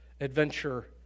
adventure